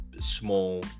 small